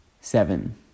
seven